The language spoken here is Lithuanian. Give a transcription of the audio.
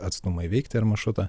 atstumą įveikti ar maršrutą